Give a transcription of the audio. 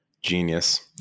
Genius